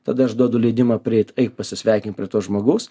tada aš duodu leidimą prieit pasisveikint prie to žmogaus